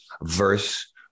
verse